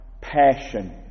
passion